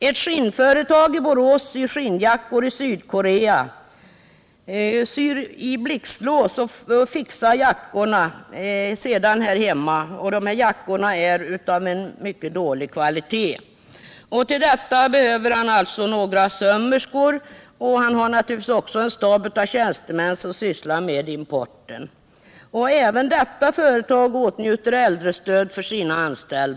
Ett skinnföretag i Borås syr skinnjackor i Sydkorea, och syr i blixtlås och fixar jackorna, som är av mycket dålig kvalité, här hemma. Till detta behöver man några sömmerskor samt en stab tjänstemän som syss lar med importen. Även detta företag åtnjuter äldrestöd för sina anställda.